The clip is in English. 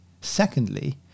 secondly